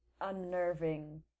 unnerving